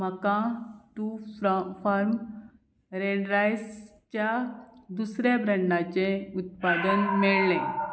म्हाका टू फ्रा farm red rice च्या दुसऱ्या ब्रँडाचें उत्पादन मेळ्ळें